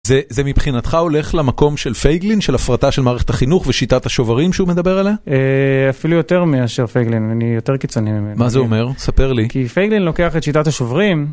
זה מבחינתך הולך למקום של פייגלין, של הפרטה של מערכת החינוך ושיטת השוברים שהוא מדבר עליה? אפילו יותר מאשר פייגלין, אני יותר קיצוני ממנו. מה זה אומר? ספר לי. כי פייגלין לוקח את שיטת השוברים.